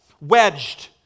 wedged